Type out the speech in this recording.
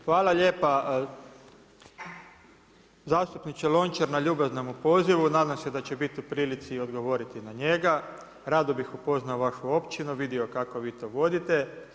Hvala lijepo zastupniče Lončar na ljubaznome pozivu, nadam se da ću biti u prilici i odgovoriti na njega, rado bih upoznao vašu općinu, vidio kako vi to vodite.